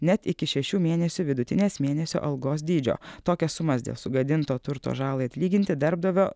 net iki šešių mėnesių vidutinės mėnesio algos dydžio tokias sumas dėl sugadinto turto žalai atlyginti darbdavio